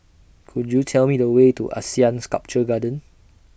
Could YOU Tell Me The Way to Asean Sculpture Garden